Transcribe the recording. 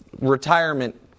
retirement